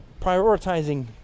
prioritizing